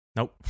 Nope